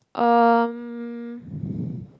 um